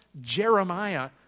Jeremiah